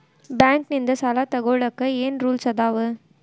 Bank ನಿಂದ್ ಸಾಲ ತೊಗೋಳಕ್ಕೆ ಏನ್ ರೂಲ್ಸ್ ಅದಾವ?